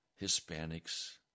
Hispanics